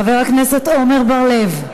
חבר הכנסת עמר בר-לב,